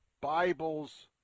Bible's